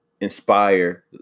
inspire